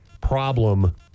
problem